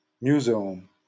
museum